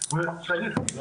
אבל אני לא